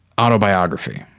autobiography